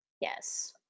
yes